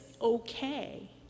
okay